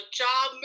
job